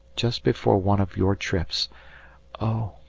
just before one of your trips oh!